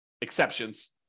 exceptions